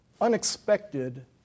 unexpected